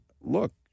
look